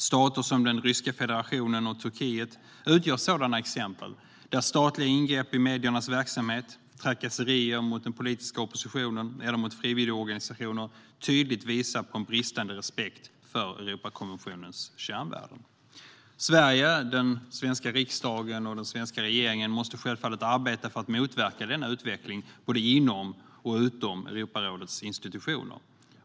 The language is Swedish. Stater som Ryska federationen och Turkiet utgör sådana exempel, där statliga ingrepp i mediernas verksamhet, trakasserier mot den politiska oppositionen eller mot frivilligorganisationer tydligt visar på en bristande respekt för Europakonventionens kärnvärden. Sverige, den svenska riksdagen och den svenska regeringen måste självfallet arbeta för motverka denna utveckling, både inom och utom Europarådets institutioner.